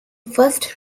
first